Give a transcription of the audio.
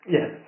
Yes